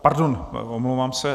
Pardon, omlouvám se.